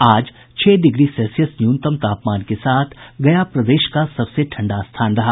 आज छह degree Celsius न्यूनतम तापमान के साथ गया प्रदेश का सबसे ठंडा स्थान रहा